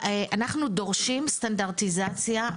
אנחנו דורשים סטנדרטיזציה,